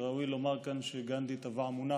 וראוי לומר כאן שגנדי טבע מונח: